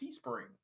Teespring